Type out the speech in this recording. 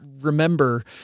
remember